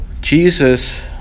Jesus